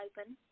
open